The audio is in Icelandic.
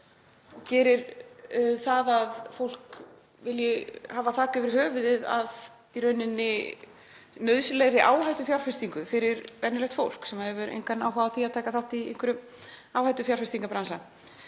Hún gerir það að fólk vilji koma sér upp þaki yfir höfuðið að í rauninni nauðsynlegri áhættufjárfestingu, venjulegt fólk sem hefur engan áhuga á því að taka þátt í einhverjum áhættufjárfestingarbransa.